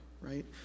right